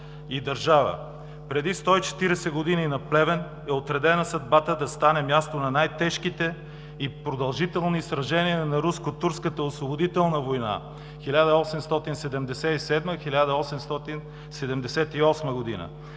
Преди 140 години на Плевен е отредена съдбата да стане място на най-тежките и продължителни сражения на Руско-турската освободителна война – 1877 – 1878 г.